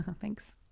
Thanks